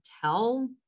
tell